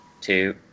two